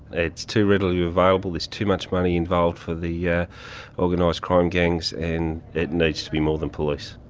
it's too readily available, there's too much money involved for the yeah ah you know organised crime gangs, and it needs to be more than police.